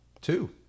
two